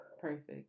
perfect